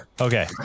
okay